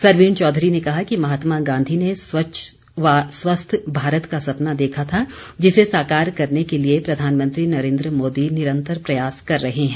सरवीण चौधरी ने कहा कि महात्मा गांधी ने स्वस्थ व स्वच्छ भारत का सपना देखा था जिसे साकार करने के लिए प्रधानमंत्री नरेन्द्र मोदी निरंतर प्रयास कर रहे हैं